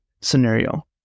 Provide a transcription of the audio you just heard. scenario